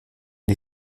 die